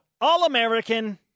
All-American